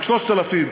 תיק 3000,